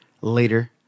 later